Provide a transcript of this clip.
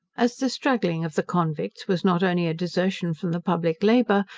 as the straggling of the convicts was not only a desertion from the public labour,